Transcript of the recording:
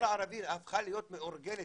או שהמשטרה